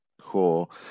Cool